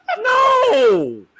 No